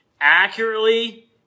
accurately